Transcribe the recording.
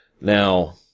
Now